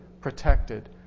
protected